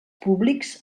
públics